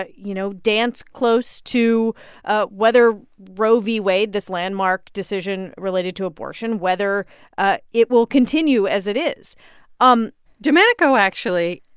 ah you know, dance close to ah whether roe v. wade this landmark decision related to abortion whether ah it will continue as it is um domenico actually,